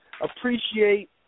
Appreciate